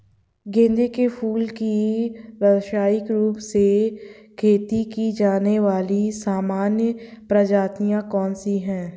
गेंदे के फूल की व्यवसायिक रूप से खेती की जाने वाली सामान्य प्रजातियां कौन सी है?